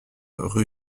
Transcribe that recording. rue